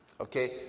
Okay